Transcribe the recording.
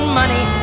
money